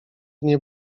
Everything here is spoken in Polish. nie